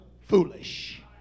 foolish